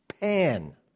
Pan